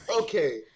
Okay